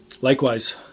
Likewise